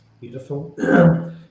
Beautiful